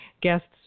guests